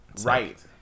Right